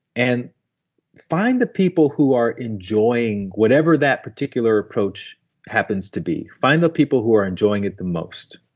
and find the people who are enjoying whatever that particular approach happens to be. find the people who are enjoying it the most.